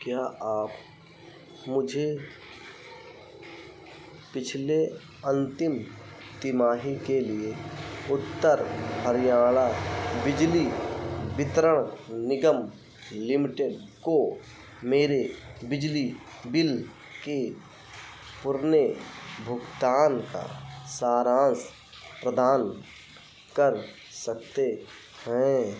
क्या आप मुझे पिछले अंतिम तिमाही के लिए उत्तर हरियाणा बिजली वितरण निगम लिमिटेड को मेरे बिजली बिल के पुराने भुगतान का सारांश प्रदान कर सकते हैं